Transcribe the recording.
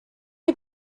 you